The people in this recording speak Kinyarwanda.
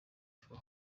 for